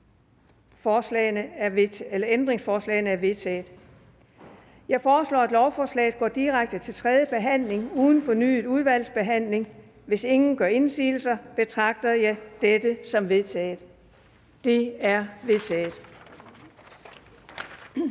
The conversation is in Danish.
af LA)? De er vedtaget. Jeg foreslår, at lovforslaget går direkte til tredje behandling uden fornyet udvalgsbehandling. Hvis ingen gør indsigelse, betragter jeg dette som vedtaget. Det er vedtaget.